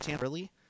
early